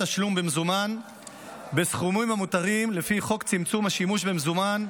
תשלום במזומן בסכומים המותרים לפי חוק צמצום השימוש במזומן,